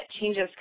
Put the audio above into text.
changes